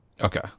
Okay